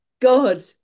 god